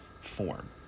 form